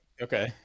Okay